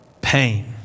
Pain